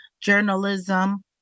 journalism